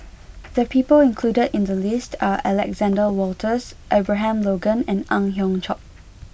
the people included in the list are Alexander Wolters Abraham Logan and Ang Hiong Chiok